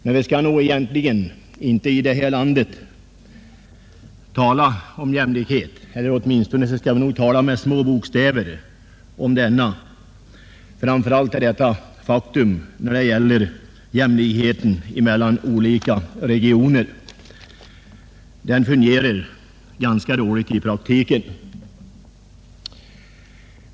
Men i vårt land skall vi nog egentligen inte tala om jämlikhet — åtminstone skall vi tala om den med mycket små bokstäver. Detta är ett faktum framför allt när det gäller jämlikheten mellan olika regioner. Denna fungerar ganska dåligt i praktiken.